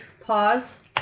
pause